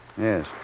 yes